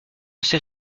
sait